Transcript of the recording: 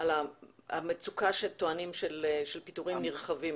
על המצוקה שטוענים של פיטורים נרחבים.